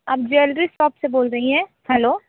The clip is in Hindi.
आप ज्वेलरी शॉप से बोल रही हैं हैलो